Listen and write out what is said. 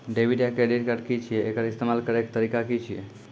Debit या credit card की छियै? एकर इस्तेमाल करैक तरीका की छियै?